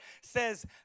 says